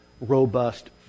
robust